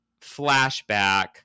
flashback